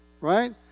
right